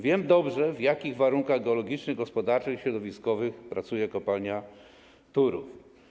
Wiem dobrze, w jakich warunkach geologicznych, gospodarczych, środowiskowych pracuje kopalnia Turów.